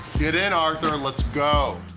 get in arthur, let's go.